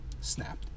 snapped